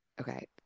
okay